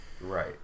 Right